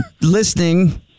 listening